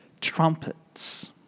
trumpets